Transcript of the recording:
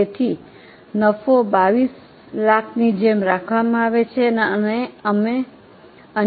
તેથી નફો 2200000 ની જેમ રાખવામાં આવે છે અને અમે અન્ય ગણતરીઓ કરી શકીએ છીએ